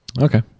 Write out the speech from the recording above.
okay